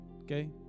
okay